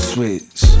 Switch